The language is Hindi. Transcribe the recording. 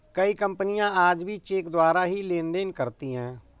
कई कपनियाँ आज भी चेक द्वारा ही लेन देन करती हैं